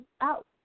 out